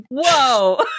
Whoa